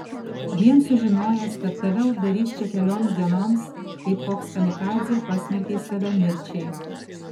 vien sužinojęs kad tave uždarys čia kelioms dienoms kaip koks kamikadzė pasmerkei save mirčiai